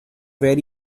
very